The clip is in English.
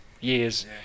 years